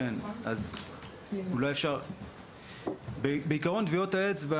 אולי אפשר --- בעיקרון טביעות האצבע